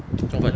粥粉